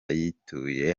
yituye